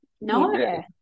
no